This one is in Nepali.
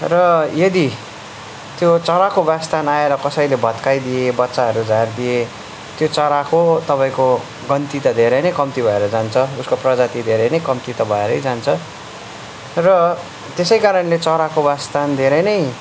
र यदि त्यो चराको वासस्थान आएर कसैले भत्काइदिए बच्चाहरू झारिदिए त्यो चराको तपाईँको गन्ती त धेरै नै कम्ती भएर जान्छ उसको प्रजाति धेरै नै कम्ती त भएरै जान्छ र त्यसै कारणले चराको वासस्थान धेरै नै